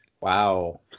Wow